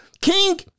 King